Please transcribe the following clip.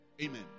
Amen